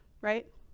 right